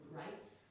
rights